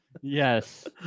Yes